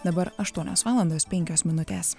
dabar aštuonios valandos penkios minutės